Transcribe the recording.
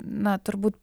na turbūt